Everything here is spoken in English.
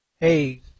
Hey